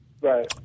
Right